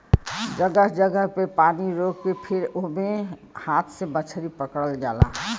जगह जगह पे पानी रोक के फिर ओमे से हाथ से मछरी पकड़ल जाला